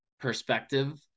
perspective